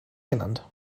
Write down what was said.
genannt